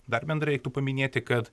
dar bendrai reiktų paminėti kad